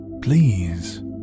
Please